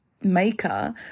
maker